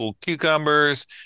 cucumbers